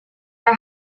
are